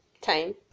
time